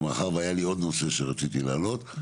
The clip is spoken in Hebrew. מאחר והיה לי עוד נושא שרציתי להעלות,